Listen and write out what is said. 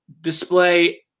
display